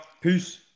Peace